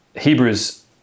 Hebrews